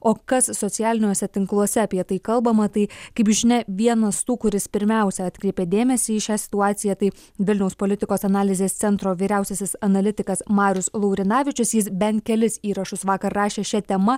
o kas socialiniuose tinkluose apie tai kalbama tai kaip žinia vienas tų kuris pirmiausia atkreipė dėmesį į šią situaciją tai vilniaus politikos analizės centro vyriausiasis analitikas marius laurinavičius jis bent kelis įrašus vakar rašė šia tema